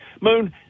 Moon